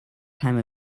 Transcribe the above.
time